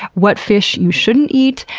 what fish you shouldn't eat,